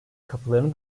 kapılarını